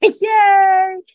yay